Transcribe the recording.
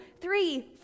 three